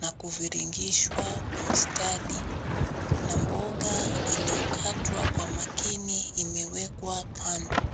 na kuviringishwa kwa ustadi na mboga iliyokatwa kwa makini imewekwa kando.